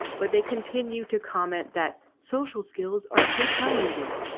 but they continue to comment that social skills are still challenging.